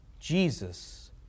Jesus